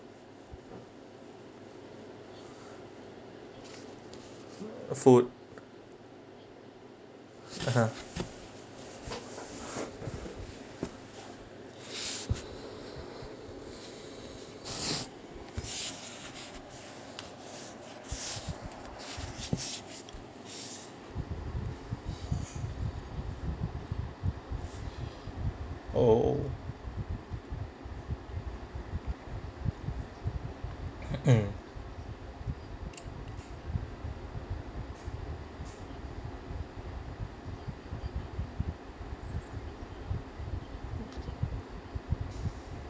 food (uh huh) oh